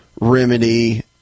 remedy